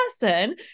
person